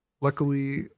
luckily